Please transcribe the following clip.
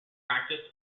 practice